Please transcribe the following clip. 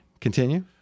Continue